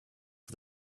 for